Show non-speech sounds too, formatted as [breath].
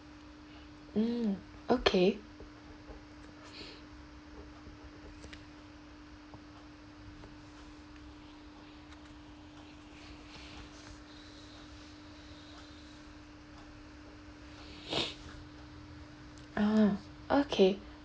mm okay [breath] [noise] ah okay